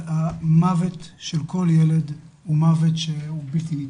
מוות של כל ילד הוא מוות בלתי נתפס,